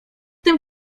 tym